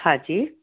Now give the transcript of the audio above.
हा जी